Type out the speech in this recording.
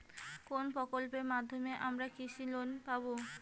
কোন প্রকল্পের মাধ্যমে আমরা কৃষি লোন পাবো?